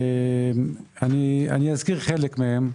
אני אזכיר את חלקם.